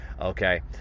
Okay